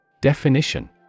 Definition